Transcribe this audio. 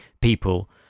people